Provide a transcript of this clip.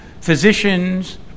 physicians